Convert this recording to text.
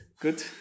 good